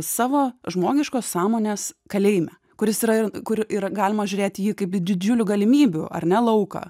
savo žmogiškos sąmonės kalėjime kuris yra ir kur yra galima žiūrėti į jį kaip į didžiulių galimybių ar ne lauką